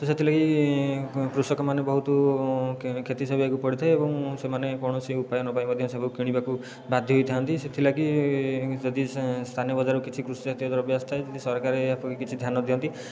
ତ ସେଥିଲାଗି କୃଷକମାନେ ବହୁତ କ୍ଷତି ସହିବାକୁ ପଡ଼ିଥାଏ ଏବଂ ସେମାନେ କୌଣସି ଉପାୟ ନପାଇ ମଧ୍ୟ ସବୁ କିଣିବାକୁ ବାଧ୍ୟ ହୋଇଥାନ୍ତି ସେଥିଲାଗି ଯଦି ସ୍ଥାନୀୟ ବଜାରରୁ କିଛି କୃଷିଜାତୀୟ ଦ୍ରବ୍ୟ ଆସିଥାଏ ଯଦି ସରକାର ଏହା ଉପରେ କିଛି ଧ୍ୟାନ ଦିଅନ୍ତି